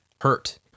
hurt